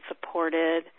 supported